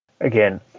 again